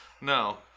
No